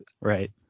Right